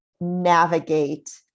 navigate